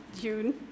june